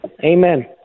Amen